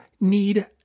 need